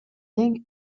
тең